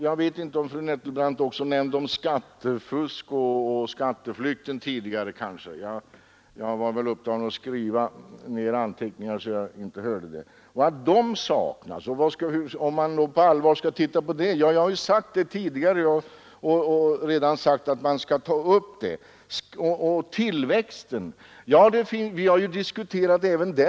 Jag vet inte om fru Nettelbrandt nämnde skattefusk och skatteflykt i sitt tidigare inlägg — jag var väl upptagen med att anteckna, så jag hörde det inte — och att man på allvar skall se på det. Jag har ju redan sagt att man skall ta upp dessa frågor, och även frågan om tillväxten har vi diskuterat i utredningen.